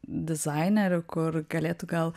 dizainerių kur galėtų gal